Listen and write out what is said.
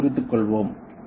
அதைக் குறித்துக் கொள்வோம்